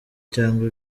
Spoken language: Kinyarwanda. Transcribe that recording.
cyangwa